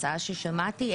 הצעה ששמעתי,